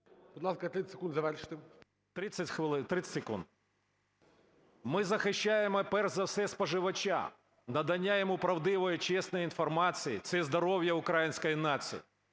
Будь ласка, 30 секунд завершити. БАКУМЕНКО О.Б. 30 секунд. Ми захищаємо перш за все споживача. Надання йому правдивої, чесної інформації – це здоров'я української нації.